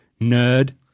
nerd